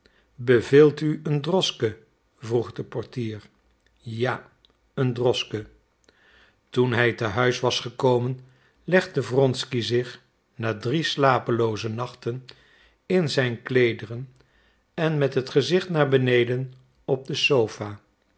beveelt u een droschke vroeg de portier ja een droschke toen hij te huis was gekomen legde wronsky zich na drie slapelooze nachten in zijn kleederen en met het gezicht naar beneden op de sopha